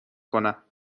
کنم